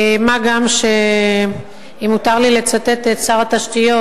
מה גם שאם מותר לי לצטט את שר התשתיות,